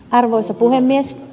arvoisa puhemies